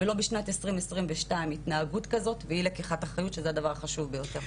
בשנת 2022 התנהגות כזאת ואי לקיחת אחריות שזה הדבר החשוב ביותר.